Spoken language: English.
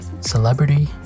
celebrity